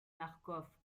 marcof